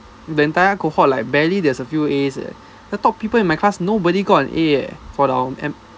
the entire cohort like barely there's a few As leh the top people in my class nobody got an A leh for our